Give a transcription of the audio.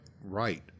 right